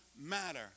matter